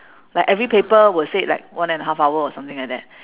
like every paper will said like one and a half hour or something like that